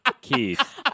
Keith